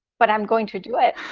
but i'm going to do it